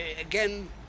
Again